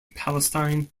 palestine